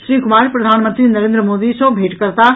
श्री कुमार प्रधानमंत्री नरेन्द्र मोदी सॅ भेंट करताह